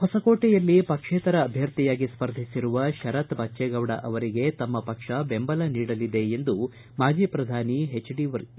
ಹೊಸಕೋಟೆಯಲ್ಲಿ ಪಕ್ಷೇತರ ಅಭ್ವರ್ಥಿಯಾಗಿ ಸ್ಪರ್ಧಿಸಿರುವ ಶರತ್ ಬಜ್ಷೇಗೌಡ ಅವರಿಗೆ ತಮ್ಮ ಪಕ್ಷ ಬೆಂಬಲ ನೀಡಲಿದೆ ಎಂದು ಮಾಜಿ ಪ್ರಧಾನಿ ಜೆಡಿಎಸ್ ವರಿಷ್ಠ ಎಚ್